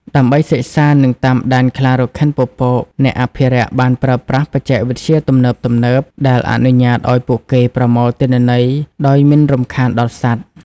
ដើម្បីសិក្សា និងតាមដានខ្លារខិនពពក អ្នកអភិរក្សបានប្រើប្រាស់ បច្ចេកវិទ្យាទំនើបៗ ដែលអនុញ្ញាតឲ្យពួកគេប្រមូលទិន្នន័យដោយមិនរំខានដល់សត្វ។